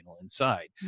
inside